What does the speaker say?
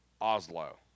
Oslo